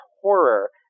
horror